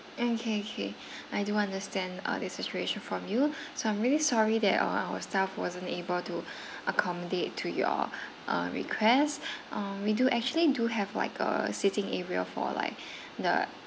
okay okay I do understand uh the situation from you so I'm really sorry that all our staff wasn't able to accommodate to your uh request um we do actually do have like a sitting area for like the